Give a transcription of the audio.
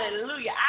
Hallelujah